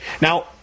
Now